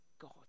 God